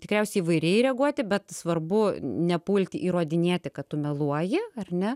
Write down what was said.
tikriausiai įvairiai reaguoti bet svarbu nepulti įrodinėti kad tu meluoji ar ne